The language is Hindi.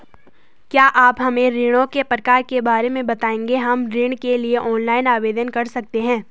क्या आप हमें ऋणों के प्रकार के बारे में बताएँगे हम ऋण के लिए ऑनलाइन आवेदन कर सकते हैं?